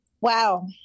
Wow